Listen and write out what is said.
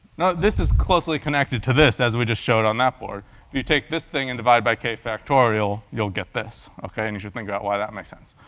now this is closely connected to this as we just showed on that board. if you take this thing and divide it by k factorial, you'll get this, ok? and you should think about why that makes sense.